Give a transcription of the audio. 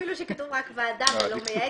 אפילו שכתוב רק ועדה ולא מייעצת.